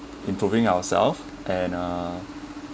improving ourselves and uh